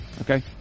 okay